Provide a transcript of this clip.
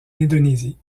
indonésie